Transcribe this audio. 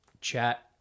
chat